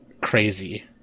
crazy